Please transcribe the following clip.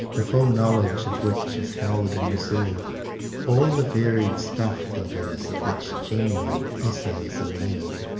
the full knowledge of which is held in reserve all the varied stuff, that is, of which genuine essays are made.